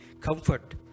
comfort